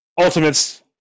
Ultimate's